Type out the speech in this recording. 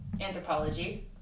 anthropology